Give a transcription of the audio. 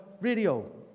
radio